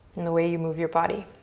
and the way you move your body.